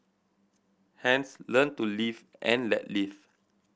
hence learn to live and let live